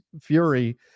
fury